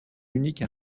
unique